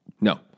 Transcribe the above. No